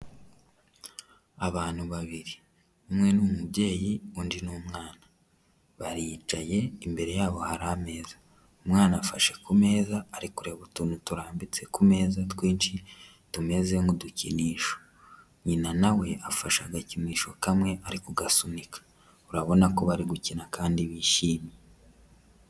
Abantu babiri, umwe ni umubyeyi undi ni umwana, baricaye imbere yabo hari ameza, umwana afashe ku meza ari kureba utuntu turambitse ku meza twinshi tumeze nk'udukinisho, nyina na we afashe agakinisho kamwe ari ku gasunika, urabona ko bari gukina kandi bishimye.